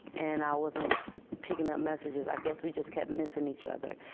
and i wasn't picking up messages. i guess we just kept missing each other.